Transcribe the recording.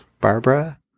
Barbara